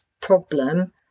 problem